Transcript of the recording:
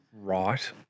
Right